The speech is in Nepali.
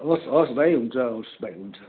हवस् हवस् भाइ हुन्छ हवस् भाइ हुन्छ हुन्छ